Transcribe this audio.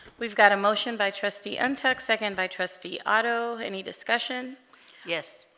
we've got a motion by trustee untuk second by trustee otto any discussion yes